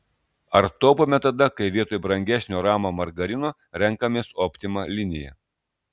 ar taupome tada kai vietoj brangesnio rama margarino renkamės optima liniją